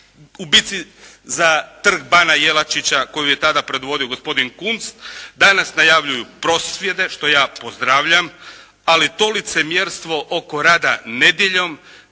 u bici za Trg bana Jelačića koju je tada predvodio gospodin Kunst, danas najavljuju prosvjede što ja pozdravljam, ali to licemjerstvo oko rada nedjeljom